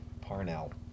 Parnell